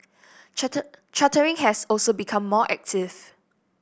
chartering has also become more active